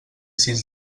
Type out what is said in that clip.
sis